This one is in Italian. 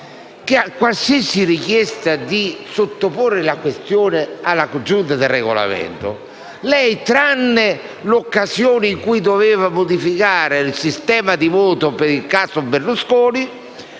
a qualsiasi richiesta di sottoporre una questione alla Giunta per il Regolamento, tranne l'occasione in cui si sarebbe dovuto modificare il sistema di voto per il caso Berlusconi,